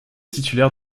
titulaire